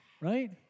right